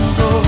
go